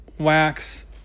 Wax